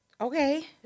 Okay